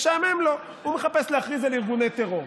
משעמם לו, הוא מחפש להכריז על ארגוני טרור,